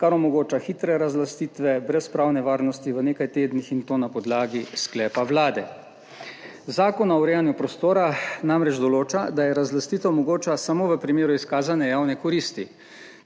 kar omogoča hitre razlastitve brez pravne varnosti v nekaj tednih, in to na podlagi sklepa vlade. Zakon o urejanju prostora namreč določa, da je razlastitev mogoča samo v primeru izkazane javne koristi.